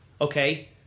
Okay